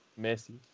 Messi